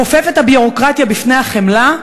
כופף את הביורוקרטיה בפני החמלה.